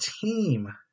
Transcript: team